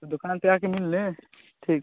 तो दुकान पर आ कर मिल लें ठीक